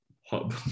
hub